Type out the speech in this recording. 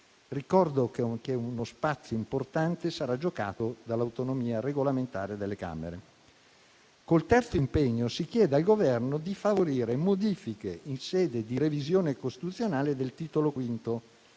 Ricordo che uno spazio importante sarà giocato dall'autonomia regolamentare delle Camere. Col terzo impegno si chiede al Governo di favorire modifiche in sede di revisione costituzionale del Titolo V,